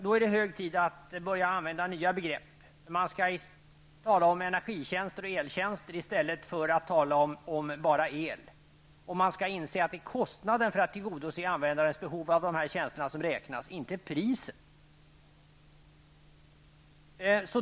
Då är det hög tid att börja använda nya begrepp. Man skall tala om energitjänster och eltjänster i stället för att tala om bara el. Man skall inse att det är kostnaden för att tillgodose användarens behov av de här tjänsterna som räknas, inte priset.